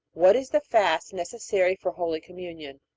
what is the fast necessary for holy communion?